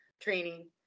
training